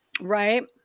right